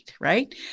right